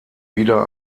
wieder